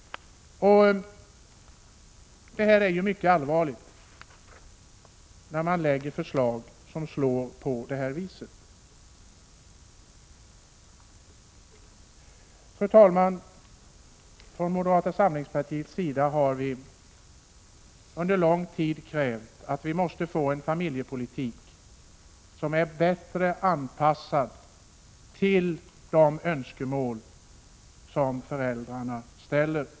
Det är mycket allvarligt att man lägger förslag som slår på detta vis. Fru talman! Från moderata samlingspartiets sida har vi under lång tid krävt en familjepolitik som är bättre anpassad till föräldrarnas önskemål.